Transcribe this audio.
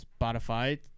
Spotify